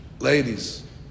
Ladies